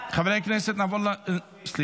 חברי הכנסת, סליחה.